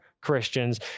Christians